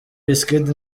wizkid